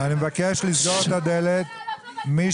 מי